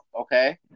Okay